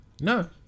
No